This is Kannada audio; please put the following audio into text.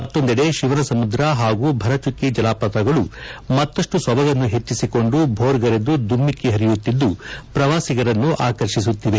ಮತ್ತೊಂದೆಡೆ ಶಿವನ ಸಮುದ್ರ ಹಾಗೂ ಭರಚುಕ್ಕಿ ಜಲಪಾತಗಳು ಮತ್ತಷ್ವು ಸೊಬಗನ್ನು ಹೆಚ್ಚೆಸಿಕೊಂಡು ಭೋರ್ಗರೆದು ಧುಮ್ಮಿಕ್ಕಿ ಹರಿಯುತ್ತಿದ್ದು ಪ್ರವಾಸಿಗರನ್ನು ಆಕರ್ಷಿಸುತ್ತಿದೆ